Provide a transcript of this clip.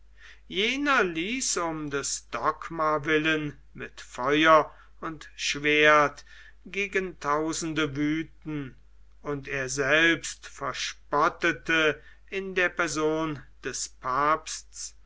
ließ um des dogma willen mit feuer und schwert gegen tausende wüthen und er selbst verspottete in der person des papstes